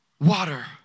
Water